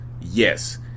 Yes